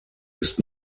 ist